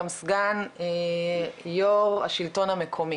גם סגן יו"ר השלטון המקומי,